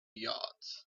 yards